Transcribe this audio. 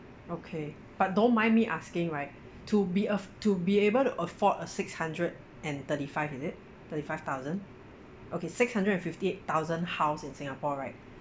okay but don't mind me asking right to be aff~ to be able to afford a six hundred and thirty five is it thirty five thousand okay six hundred and fifty eight thousand house in singapore right